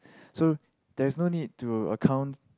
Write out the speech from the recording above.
so there is no need to account